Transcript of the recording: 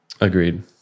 Agreed